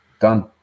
Done